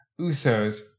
Usos